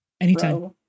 Anytime